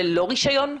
ללא רישיון?